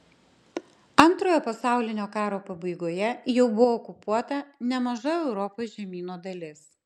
antrojo pasaulinio karo pabaigoje jau buvo okupuota nemaža europos žemyno dalis